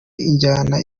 injyana